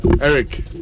Eric